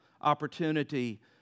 opportunity